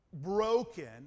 broken